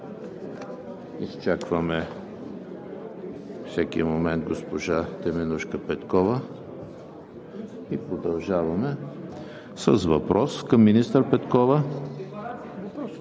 Изчакваме всеки момент госпожа Теменужка Петкова и продължаваме с въпрос към министър Петкова.